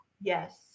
Yes